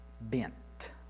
bent